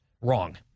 wrong